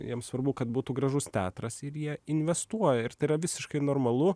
jiem svarbu kad būtų gražus teatras ir jie investuoja ir tai yra visiškai normalu